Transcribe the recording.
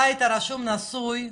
אתה היית רשום נשוי,